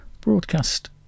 Broadcast